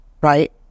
right